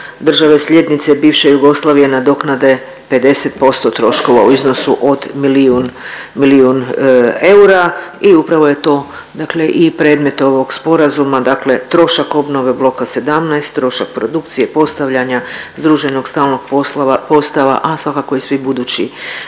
države slijednice bivše Jugoslavije nadoknade 50% troškova u iznosu od milijun, milijun eura i upravo je to dakle i predmet ovog sporazuma dakle trošak obnove bloka 17, trošak produkcije, postavljanja združenog stalnog postava, a svakako i svi budući,